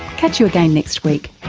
catch you again next week.